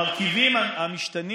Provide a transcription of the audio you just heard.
נכון, זה מה שאני אומר.